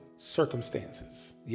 Circumstances